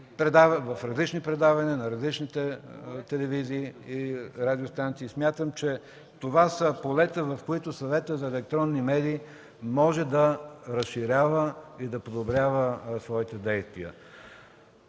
в различни предавания на различните телевизии и радиостанции. Смятам, че това са полета, в които Съветът за електронни медии може да разширява и подобрява своите действия.